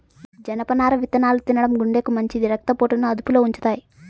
జనపనార విత్తనాలు తినడం గుండెకు మంచిది, రక్త పోటును అదుపులో ఉంచుతాయి